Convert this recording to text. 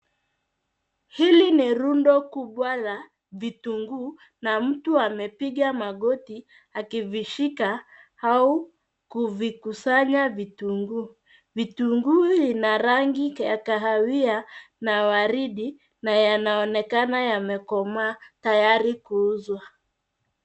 Hili ni rundo kubwa la vitunguu na mtu amepiga magoti akivishika au kuvikusanya vitunguu. Vitunguu ina rangi ya kahawia na waridi na yanaonekana yamekomaa tayari kuuzwa.